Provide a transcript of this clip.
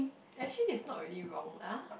actually it's not really wrong lah